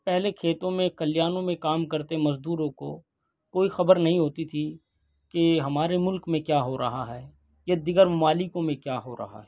پہلے کھیتوں میں کلیانوں میں کام کرتے مزدوں کو کوئی خبر نہیں ہوتی تھی کہ ہمارے ملک میں کیا ہو رہا ہے یا دیگر ممالکوں میں کیا ہو رہا ہے